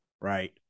right